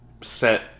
set